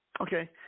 Okay